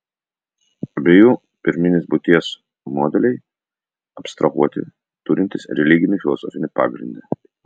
abiejų pirminės būties modeliai abstrahuoti turintys religinį filosofinį pagrindą